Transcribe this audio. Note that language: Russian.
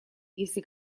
если